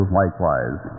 likewise